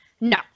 No